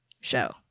show